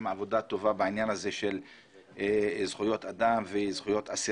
עבודה טובה בעניין של זכויות אדם ואסירים.